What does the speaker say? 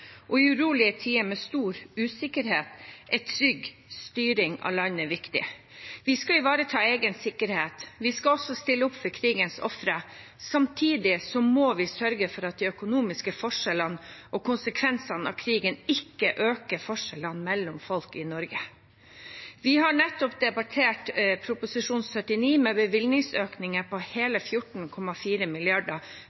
og i urolige tider med stor usikkerhet er trygg styring av landet viktig. Vi skal ivareta egen sikkerhet, og vi skal stille opp for krigens ofre – samtidig må vi sørge for at de økonomiske forskjellene og konsekvensene av krigen ikke øker forskjellene mellom folk i Norge. Vi har nettopp debattert Prop. 78 S for 2021–2022, med bevilgningsøkninger på